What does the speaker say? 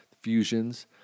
fusions